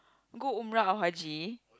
go Umrah or Haji